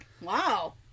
Wow